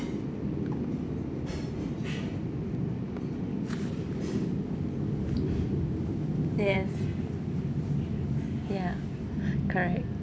yes ya correct